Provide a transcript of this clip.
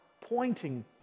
pointing